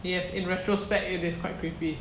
yes in retrospect it is quite creepy